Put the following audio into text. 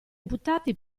imputati